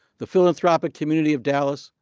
the philanthropic community of dallas,